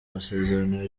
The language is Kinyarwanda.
masezerano